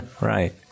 right